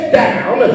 down